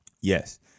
Yes